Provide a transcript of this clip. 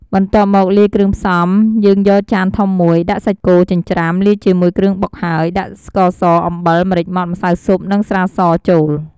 បន្ទាប់មក លាយគ្រឿងផ្សំ យើងយកចានធំមួយដាក់សាច់គោចិញ្ច្រាំ លាយជាមួយគ្រឿងបុកហើយ ដាក់ ស្ករស អំបិល ម្រេចម៉ដ្ឋ ម្សៅស៊ុប និងស្រាស ចូល។